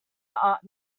art